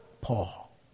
Paul